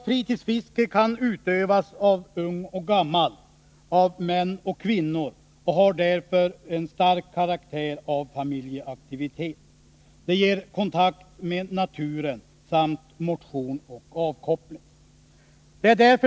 Fritidsfiske kan utövas av ung och gammal, av män och kvinnor, och har därför i hög grad karaktär av familjeaktivitet. Det ger kontakt med naturen samt motion och avkoppling.